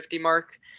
mark